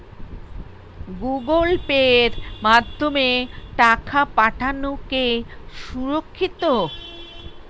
Google পের মাধ্যমে টাকা পাঠানোকে সুরক্ষিত?